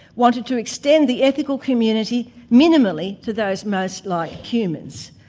wanted to extend the ethical community minimally to those most like humans,